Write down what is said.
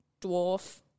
dwarf